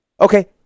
okay